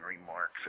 remarks